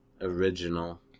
original